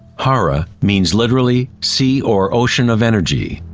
hara means literally sea or ocean of energy.